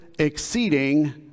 Exceeding